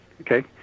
okay